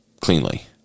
cleanly